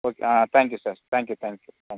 okay ah thank you sir thank you thank you thank you